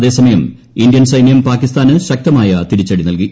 അതേസമയം ഇന്ത്യൻ സൈന്യം പാകിസ്ഥാന് ശക്തമായ തിരിച്ചടി നൽകി